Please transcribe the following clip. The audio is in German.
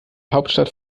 hauptstadt